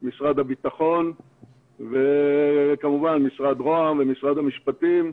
משרד הביטחון וכמובן משרד ראש הממשלה ומשרד המשפטים.